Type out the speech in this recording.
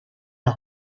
los